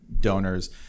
donors